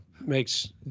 makes